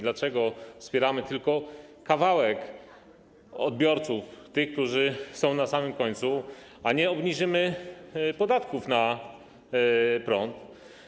Dlaczego wspieramy tylko część odbiorców, tych, którzy są na samym końcu, a nie obniżymy podatków od prądu?